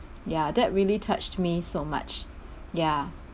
ya that really touched me so much ya